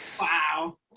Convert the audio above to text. Wow